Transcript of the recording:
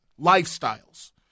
lifestyles